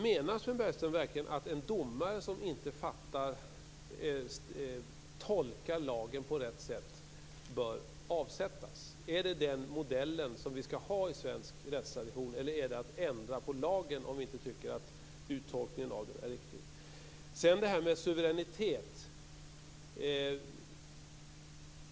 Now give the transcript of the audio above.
Menar Sven Bergström verkligen att en domare som inte tolkar lagen på rätt sätt bör avsättas? Är det den modell som vi skall ha i svensk rättstradition, eller skall vi ändra på lagen om vi inte tycker att uttolkningen av den är riktig?